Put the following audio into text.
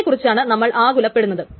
അതിനെ കുറിച്ചാണ് നമ്മൾ ആകുലപ്പെടുന്നത്